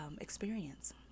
experience